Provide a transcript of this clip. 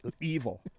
evil